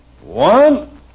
One